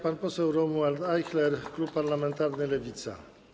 Pan poseł Romuald Ajchler, klub parlamentarny Lewica.